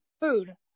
food